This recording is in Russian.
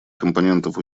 компонентов